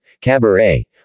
Cabaret